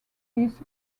these